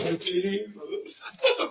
Jesus